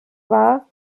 war